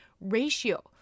ratio